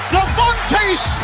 Devontae